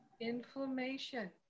inflammation